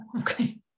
Okay